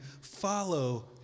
follow